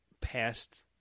past